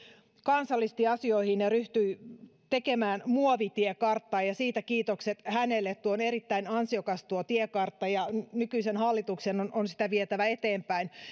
kansallisesti asioihin ja ryhtyy tekemään muovitiekarttaa siitä kiitokset hänelle tuo tiekartta on erittäin ansiokas ja nykyisen hallituksen on on sitä vietävä eteenpäin